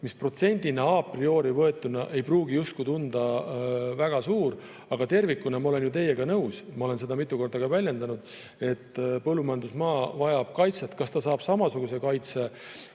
mis protsendinaa prioriei pruugi justkui tunduda väga suur, aga tervikuna – ma olen ju teiega nõus, ma olen seda mitu korda ka väljendanud – vajab põllumajandusmaa kaitset. Kas ta saab samasuguse kaitse